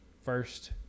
First